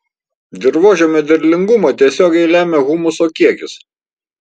dirvožemio derlingumą tiesiogiai lemia humuso kiekis